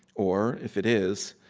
or if it is,